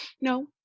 No